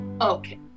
Okay